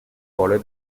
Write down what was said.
rolle